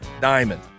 diamond